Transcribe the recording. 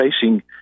facing